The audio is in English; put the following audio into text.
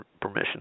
permission